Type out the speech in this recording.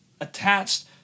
attached